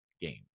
games